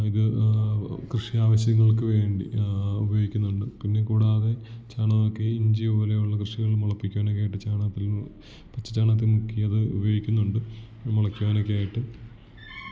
ഇത് കൃഷി ആവശ്യങ്ങൾക്ക് വേണ്ടി ഉപയോഗിക്കുന്നുണ്ട് പിന്നെ കൂടാതെ ചാണകമൊക്കെ ഇഞ്ചി പോലെയുള്ള കൃഷികൾ മുളപ്പിക്കുവാനൊക്കെ ആയിട്ട് ചാണകപ്പുൽ പച്ച ചാണകത്തിൽ മുക്കിയത് ഉപയോഗിക്കുന്നുണ്ട് മുളക്കാനൊക്കെ ആയിട്ട്